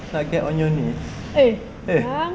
nak get on your knees eh